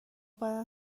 بعد